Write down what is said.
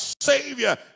Savior